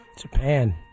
Japan